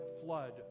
flood